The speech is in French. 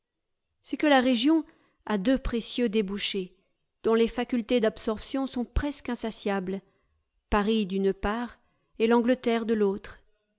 c'est que la région a deux précieux débouchés dont les facultés d'absorption sont presque insatiables paris d'une part et l'angleterre de l'autre